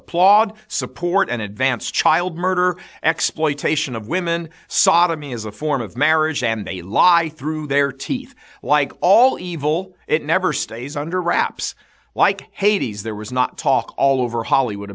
applaud support and advance child murder exploitation of women sodomy is a form of marriage and they lie through their teeth like all evil it never stays under wraps like hades there was not talk all over hollywood